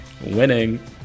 Winning